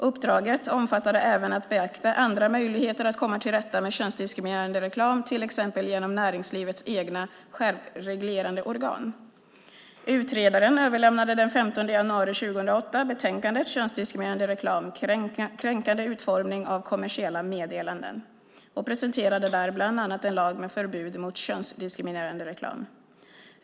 Uppdraget omfattade även att beakta andra möjligheter att komma till rätta med könsdiskriminerande reklam, till exempel genom näringslivets egna självreglerande organ. Utredaren överlämnade den 15 januari 2008 betänkandet Könsdiskriminerande reklam - kränkande utformning av kommersiella meddelanden och presenterade där bland annat en lag med förbud mot könsdiskriminerande reklam.